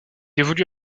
évolue